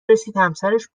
رسیدهمسرش